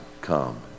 come